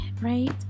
right